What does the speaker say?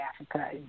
Africa